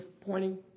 pointing